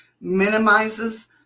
minimizes